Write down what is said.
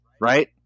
right